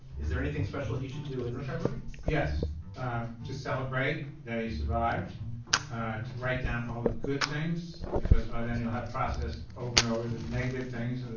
is there anything special he should do in recovery yes to celebrate that he survived to write down all the good things because by then you'll have processed over and over the negative things.